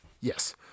Yes